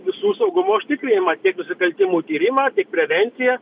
visų saugumo užtikrinimą tiek nusikaltimų tyrimą tiek prevenciją